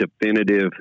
definitive